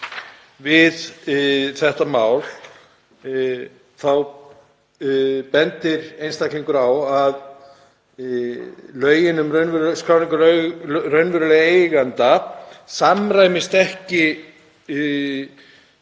við þetta mál bendir einstaklingur á að lög um skráningu raunverulegra eigenda samræmist ekki